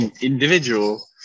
individual